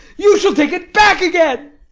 you shall take it back again!